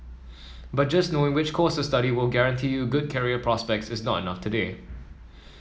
but just knowing which course of study will guarantee you good career prospects is not enough today